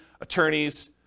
attorneys